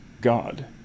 God